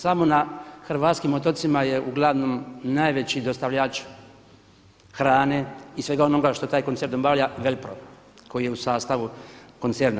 Samo na hrvatskim otocima je uglavnom najveći dostavljač hrane i svega onoga što taj koncern nabavlja velpro koji je u sastavu koncerna.